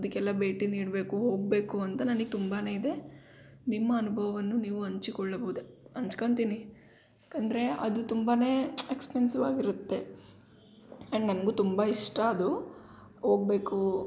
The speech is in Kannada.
ಅದಕ್ಕೆಲ್ಲ ಭೇಟಿ ನೀಡಬೇಕು ಹೋಗಬೇಕು ಅಂತ ನನಗ್ ತುಂಬಾ ಇದೆ ನಿಮ್ಮ ಅನುಭವವನ್ನು ನೀವು ಹಂಚಿಕೊಳ್ಳಬೌದು ಹಂಚ್ಕಂತೀನಿ ಯಾಕಂದರೆ ಅದು ತುಂಬಾ ಎಕ್ಸ್ಪೆನ್ಸಿವ್ ಆಗಿರುತ್ತೆ ಆ್ಯಂಡ್ ನನ್ಗೂ ತುಂಬ ಇಷ್ಟ ಅದು ಹೋಗ್ಬೇಕು